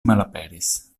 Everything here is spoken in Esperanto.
malaperis